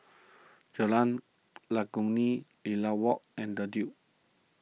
Jalan Legundi Lilac Walk and the Duke